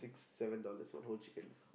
seven dollars for whole chicken